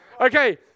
Okay